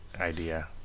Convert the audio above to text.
idea